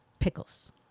Pickles